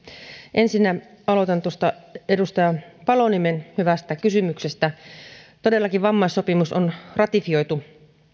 ensinnä aloitan tuosta edustaja paloniemen hyvästä kysymyksestä todellakin vammaissopimus on ratifioitu